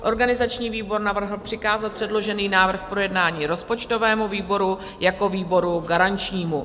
Organizační výbor navrhl přikázat předložený návrh k projednání rozpočtovému výboru jako výboru garančnímu.